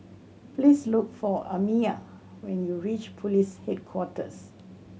please look for Amya when you reach Police Headquarters